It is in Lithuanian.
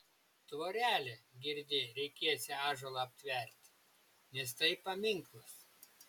tvorelę girdi reikėsią ąžuolą aptverti nes tai paminklas